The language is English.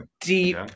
deep